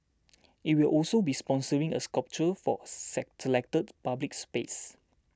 it will also be sponsoring a sculpture for a selected public space